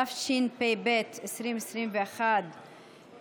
התשפ"ב 2021,